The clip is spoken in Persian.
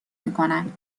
میکنن